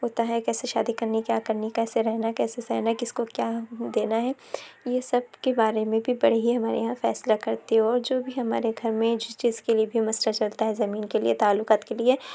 ہوتا ہے کیسے شادی کرنی کیا کرنی کیسے رہنا ہے کیسے سہنا ہے کس کو کیا دینا ہے یہ سب کے بارے میں بھی بڑے ہی ہمارے یہاں فیصلہ کرتے ہیں اور جو بھی ہمارے گھر میں جس چیز کے لیے بھی مسئلہ چلتا ہے زمین کے لیے تعلقات کے لیے